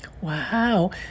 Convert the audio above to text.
Wow